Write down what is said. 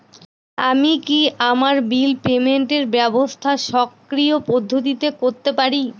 আমি কি আমার বিল পেমেন্টের ব্যবস্থা স্বকীয় পদ্ধতিতে করতে পারি?